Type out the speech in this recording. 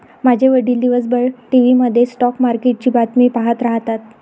माझे वडील दिवसभर टीव्ही मध्ये स्टॉक मार्केटची बातमी पाहत राहतात